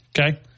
okay